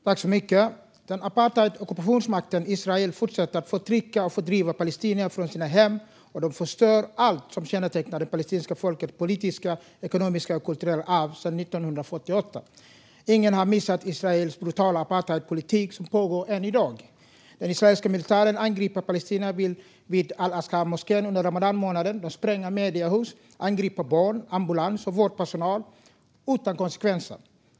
Fru talman! Apartheid och ockupationsmakten Israel fortsätter att förtrycka och fördriva palestinier från deras hem. De förstör allt som kännetecknar det palestinska folkets politiska, ekonomiska och kulturella arv sedan 1948. Ingen har missat Israels brutala apartheidpolitik, som pågår än i dag. Den israeliska militären angriper palestinier vid al-Aqsamoskén under månaden ramadan, spränger mediehus och angriper barn och ambulans och vårdpersonal utan konsekvenser.